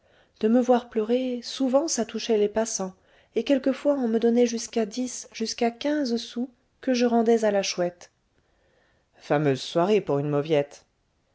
de me voir pleurer souvent ça touchait les passants et quelquefois on me donnait jusqu'à dix jusqu'à quinze sous que je rendais à la chouette fameuse soirée pour une mauviette